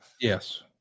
yes